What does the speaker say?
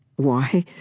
why?